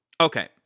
Okay